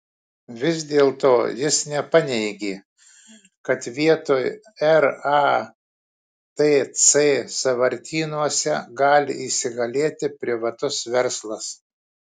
vis dėlto jis nepaneigė kad vietoj ratc sąvartynuose gali įsigalėti privatus verslas